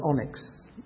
onyx